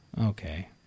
okay